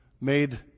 made